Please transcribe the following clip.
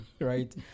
right